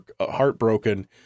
heartbroken